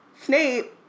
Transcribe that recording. Snape